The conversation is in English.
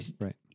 right